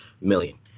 million